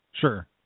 Sure